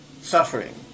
suffering